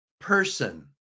person